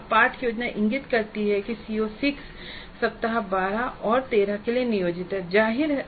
अब पाठ योजना इंगित करती है कि CO6 सप्ताह 12 और 13 के लिए नियोजित है